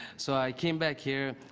so i came back here.